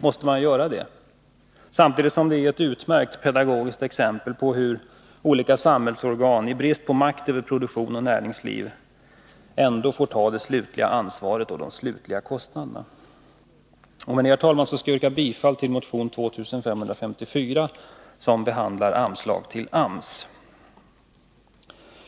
måste — samtidigt som det är ett utmärkt pedagogiskt exempel på hur olika samhällsorgan, i brist på makt över produktionsmedel och näringsliv, ändå får ta det slutliga ansvaret och de slutliga kostnaderna. Med detta, herr talman, yrkar jag bifall till motion 2554, som behandlar anslag till AMS.